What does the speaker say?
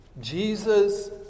Jesus